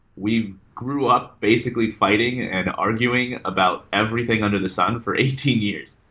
we grew up basically fighting and arguing about everything under the sun for eighteen years.